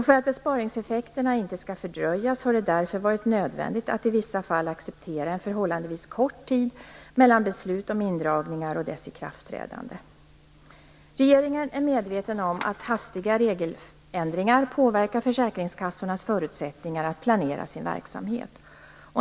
För att besparingseffekterna inte skall fördröjas har det därför varit nödvändigt att i vissa fall acceptera en förhållandevis kort tid mellan beslut om indragningar och deras ikraftträdande. Regeringen är medveten om att hastiga regeländringar påverkar försäkringskassornas förutsättningar att planera sin verksamhet.